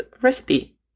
recipe